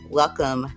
welcome